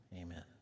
Amen